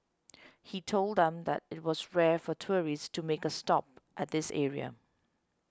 he told them that it was rare for tourists to make a stop at this area